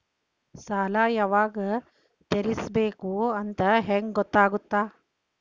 ಸಾಲ ಯಾವಾಗ ತೇರಿಸಬೇಕು ಅಂತ ಹೆಂಗ್ ಗೊತ್ತಾಗುತ್ತಾ?